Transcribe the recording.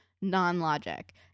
non-logic